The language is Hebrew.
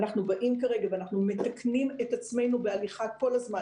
אנחנו מתקנים את עצמנו תוך כדי הליכה כל הזמן.